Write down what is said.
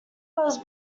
was